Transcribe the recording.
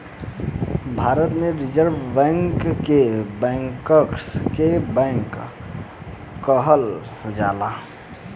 भारत में reserve bank के bankers के बैंक कहल जाला